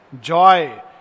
joy